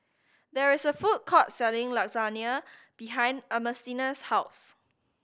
there is a food court selling Lasagna behind Ernestina's house